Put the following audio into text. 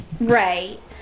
Right